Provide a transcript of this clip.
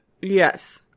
Yes